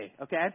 Okay